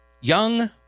young